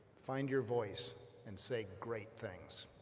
find your voice and say great things.